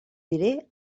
diré